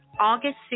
August